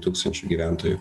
tūkstančių gyventojų